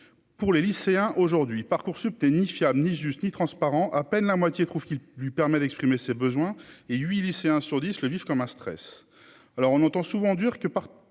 pour les lycéens aujourd'hui Parcoursup ni fiable ni juste ni transparent, à peine la moitié trouve qui lui permet d'exprimer ses besoins et 8 lycéens sur 10 le vivent comme un stress alors on entend souvent dire que par